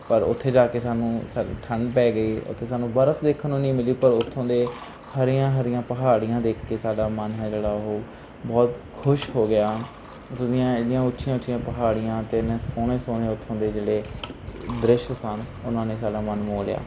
ਪਰ ਉੱਥੇ ਜਾ ਕੇ ਸਾਨੂੰ ਸ ਠੰਡ ਪੈ ਗਈ ਉੱਥੇ ਸਾਨੂੰ ਬਰਫ਼ ਦੇਖਣ ਨੂੰ ਨਹੀਂ ਮਿਲੀ ਪਰ ਉੱਥੋਂ ਦੇ ਹਰੀਆਂ ਹਰੀਆਂ ਪਹਾੜੀਆਂ ਦੇਖ ਕੇ ਸਾਡਾ ਮਨ ਹੈ ਜਿਹੜਾ ਉਹ ਬਹੁਤ ਖੁਸ਼ ਹੋ ਗਿਆ ਉੱਥੋਂ ਦੀਆਂ ਐਡੀਆਂ ਉੱਚੀਆਂ ਉੱਚੀਆਂ ਪਹਾੜੀਆਂ 'ਤੇ ਐਨੇ ਸੋਹਣੇ ਸੋਹਣੇ ਉੱਥੋਂ ਦੇ ਜਿਹੜੇ ਦ੍ਰਿਸ਼ ਸਨ ਉਨ੍ਹਾਂ ਨੇ ਸਾਡਾ ਮਨ ਮੋਹ ਲਿਆ